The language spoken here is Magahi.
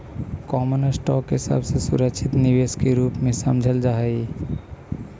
कॉमन स्टॉक के सबसे सुरक्षित निवेश के रूप में समझल जा हई